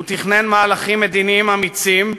הוא תכנן מהלכים מדיניים אמיצים.